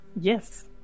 Yes